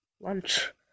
Lunch